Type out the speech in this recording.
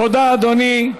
תודה, אדוני,